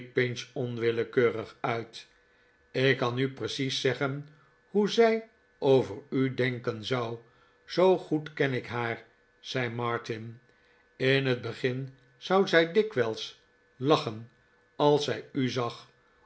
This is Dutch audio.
onwillekeurig uit ik kan u precies zeggen hoe zij over u denken zou zoo goed ken ik haar zei martin in het begin zou zij dikwijls lachen als zij u zag